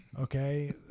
Okay